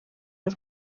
y’u